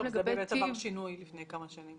זה עבר שינוי לפני כמה שנים.